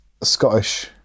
Scottish